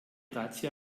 razzia